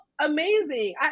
amazing